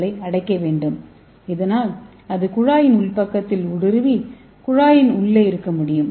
களை அடைக்க வேண்டும் இதனால் அது குழாயின் உள் பக்கத்தில் ஊடுருவி குழாயின் உள்ளே இருக்க முடியும்